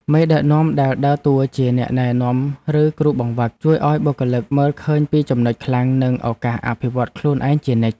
មេដឹកនាំដែលដើរតួជាអ្នកណែនាំឬគ្រូបង្វឹក ជួយឱ្យបុគ្គលិកមើលឃើញពីចំណុចខ្លាំងនិងឱកាសអភិវឌ្ឍន៍ខ្លួនឯងជានិច្ច។